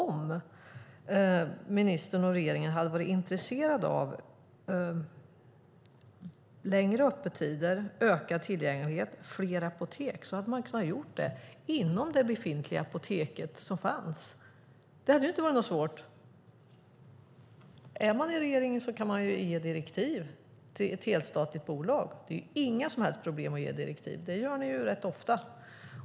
Om ministern och regeringen hade varit intresserade av längre öppettider, ökad tillgänglighet och fler apotek hade man kunnat åstadkomma det inom det befintliga apoteket. Det hade inte varit svårt. Är man i regering kan man ge direktiv till ett statligt bolag. Det är inga som helst problem att ge direktiv. Det gör ni ju rätt ofta.